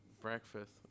breakfast